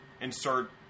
insert